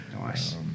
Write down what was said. Nice